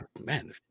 Man